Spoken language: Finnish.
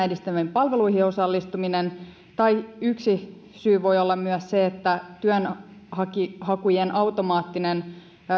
edistäviin palveluihin osallistuminen tai yksi syy voi olla myös se että työnhakujen automaattinen